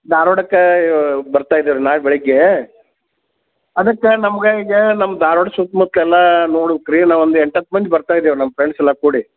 ಧಾರವಾಡಕ್ಕೆ ಬರ್ತಾ ಇದ್ದೀವಿ ರೀ ನಾಳೆ ಬೆಳಿಗ್ಗೆ ಅದಕ್ಕೆ ನಮ್ಗೆ ಈಗ ನಮ್ಮ ಧಾರವಾಡ ಸುತ್ತ ಮುತ್ತ ಎಲ್ಲ ನೋಡ್ಬೇಕು ರೀ ನಾ ಒಂದು ಎಂಟು ಹತ್ತು ಮಂದಿ ಬರ್ತಾ ಇದ್ದೀವಿ ನಮ್ಮ ಫ್ರೆಂಡ್ಸ್ ಎಲ್ಲ ಕೂಡಿ